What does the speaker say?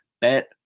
bet